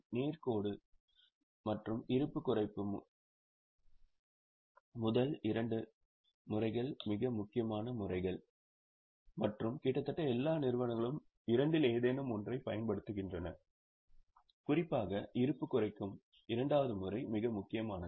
நேர் கோடு மற்றும் இருப்பு குறைப்பு முறை முதல் இரண்டு முறைகள் மிக முக்கியமான முறைகள் மற்றும் கிட்டத்தட்ட எல்லா நிறுவனங்களும் இரண்டில் ஏதேனும் ஒன்றைப் பயன்படுத்துகின்றன குறிப்பாக 'இருப்பு குறைக்கும்' இரண்டாவது முறை மிக முக்கியமானது